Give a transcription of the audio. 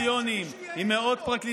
אתה לא מתקן.